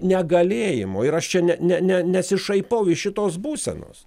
negalėjimo ir aš čia ne ne ne nesišaipau iš šitos būsenos